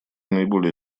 наиболее